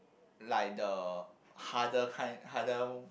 like the harder kind harder